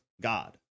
God